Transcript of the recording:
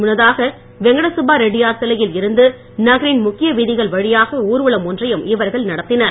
முன்னதாக வெங்கடசுப்பா ரெட்டியார் சிலையில் இருந்து நகரின் முக்கிய வீதிகள் வழியாக ஊர்வலம் ஒன்றையும் இவர்கள் நடத்தினர்